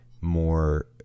more